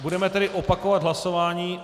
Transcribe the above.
Budeme tedy opakovat hlasování.